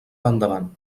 endavant